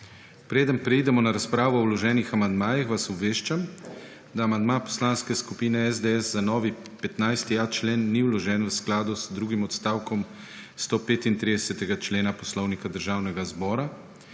Preden preidemo na razpravo o vloženih amandmajih, vas obveščam, da amandma poslanske skupine SDS za novi 15.a člen ni vložen v skladu z drugim odstavkom 135. člena Poslovnika Državnega zbora.